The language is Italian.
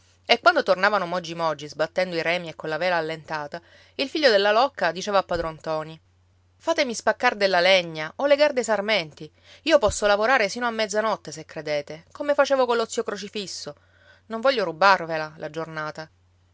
e quando tornavano mogi mogi sbattendo i remi e colla vela allentata il figlio della locca diceva a padron ntoni fatemi spaccar della legna o legar dei sarmenti io posso lavorare sino a mezzanotte se credete come facevo collo zio crocifisso non voglio rubarvela la giornata